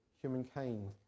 humankind